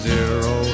Zero